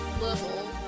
Level